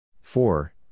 Four